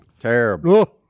Terrible